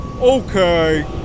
Okay